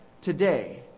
today